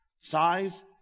Size